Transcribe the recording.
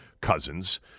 cousins